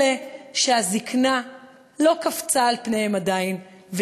אלה שהזיקנה לא קפצה על פניהם עדיין,